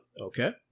Okay